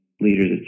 leaders